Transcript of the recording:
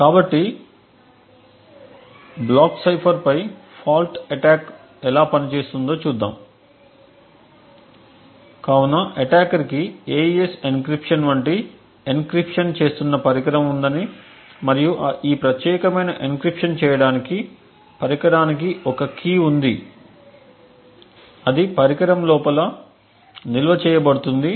కాబట్టి బ్లాక్ సైఫర్పై fault attack ఎలా పనిచేస్తుందో చూద్దాం కాబట్టి అటాకర్కి AES ఎన్క్రిప్షన్ వంటి ఎన్క్రిప్షన్ చేస్తున్న పరికరం ఉందని మరియు ఈ ప్రత్యేకమైన ఎన్క్రిప్షన్ చేయడానికి పరికరానికి ఒక కీ ఉంది అది పరికరం లోపల నిల్వ చేయబడుతుంది